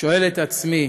את עצמי